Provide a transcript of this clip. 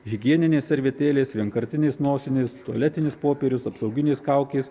higieninės servetėlės vienkartinės nosinės tualetinis popierius apsauginės kaukės